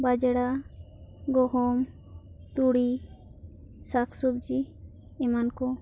ᱵᱟᱡᱽᱲᱟ ᱜᱩᱦᱩᱢ ᱛᱩᱲᱤ ᱥᱟᱜᱽᱥᱚᱵᱡᱤ ᱮᱢᱟᱱ ᱠᱚ